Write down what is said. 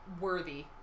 worthy